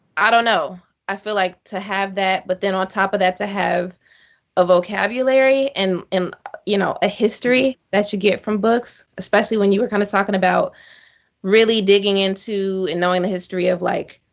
i don't know. i feel like to have that, but then on top of that, to have a vocabulary, and um you know a history that you get from books, especially when you were kind of talking about really digging into and knowing the history of, like,